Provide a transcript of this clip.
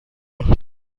nach